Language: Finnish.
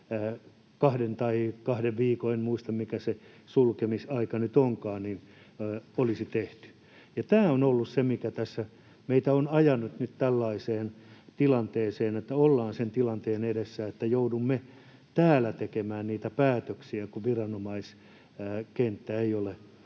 tämmöinen kahden viikon — en muista, mikä se sulkemisaika nyt onkaan. Ja tämä on ollut se, mikä tässä meitä on ajanut nyt tällaiseen tilanteeseen, että ollaan sen tilanteen edessä, että joudumme täällä tekemään niitä päätöksiä, kun viranomaiskenttä ei ole